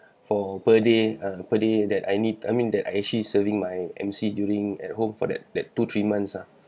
for per day ah per day that I need I mean that I actually serving my M_C during at home for that that two three months ah